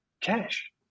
Cash